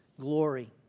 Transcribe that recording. glory